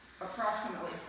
approximately